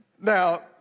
Now